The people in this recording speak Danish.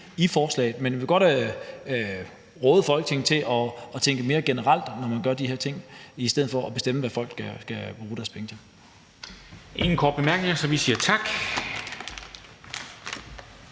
i forslaget, men vi vil godt råde Folketinget til at tænke mere generelt, når man gør de her ting, i stedet for at bestemme, hvad folk skal bruge deres penge til. Kl. 00:09 Formanden (Henrik